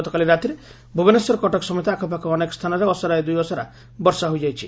ଗତକାଲି ରାତିରେ ଭୁବନେଶ୍ୱର କଟକ ସମେତ ଆଖପାଖ ଅନେକ ସ୍ଥାନରେ ଅସରାଏ ଦୁଇ ଅସରା ବର୍ଷା ହୋଇଯାଇଛି